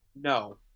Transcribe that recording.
No